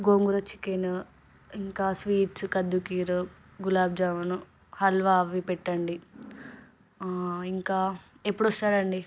గోంగూర chicken ఇంకా sweets కద్దు కీరు గులాబ్ జామును హల్వ అవి పెట్టండి ఇంకా ఎప్పుడు వస్తారు అండి